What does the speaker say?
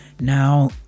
now